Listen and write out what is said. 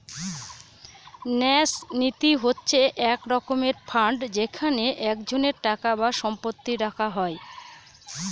ন্যাস নীতি হচ্ছে এক রকমের ফান্ড যেখানে একজনের টাকা বা সম্পত্তি রাখা হয়